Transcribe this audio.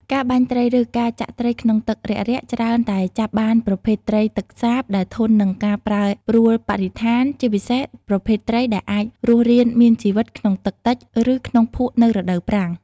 ការបាញ់ត្រី ឬការចាក់ត្រីក្នុងទឹករាក់ៗ ច្រើនតែចាប់បានប្រភេទត្រីទឹកសាបដែលធន់នឹងការប្រែប្រប្រួលបរិស្ថាន ជាពិសេសប្រភេទត្រីដែលអាចរស់រានមានជីវិតក្នុងទឹកតិច ឬក្នុងភក់នៅរដូវប្រាំង។